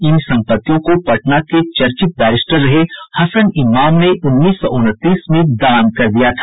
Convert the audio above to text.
इन संपत्तियों को पटना के चर्चित बैरिस्टर रहे हसन इमाम ने उन्नीस सौ उनतीस में दान कर दिया था